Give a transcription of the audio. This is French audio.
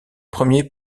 premiers